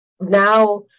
now